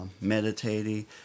meditating